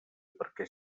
perquè